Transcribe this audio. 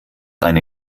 eine